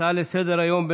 הצעה לסדר-היום מס' 2053,